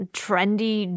trendy